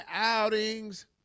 outings